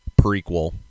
prequel